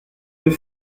deux